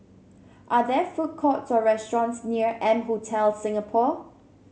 are there food courts or restaurants near M Hotel Singapore